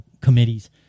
committees